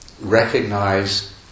recognize